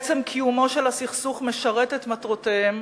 עצם קיומו של הסכסוך משרת את מטרותיהם